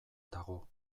dago